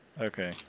Okay